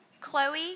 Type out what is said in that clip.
Chloe